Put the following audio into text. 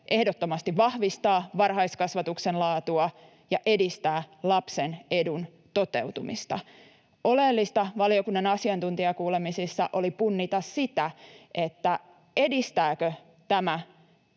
ehdottomasti vahvistaa varhaiskasvatuksen laatua ja edistää lapsen edun toteutumista. Oleellista valiokunnan asiantuntijakuulemisissa oli punnita sitä, edistääkö tämä